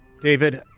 David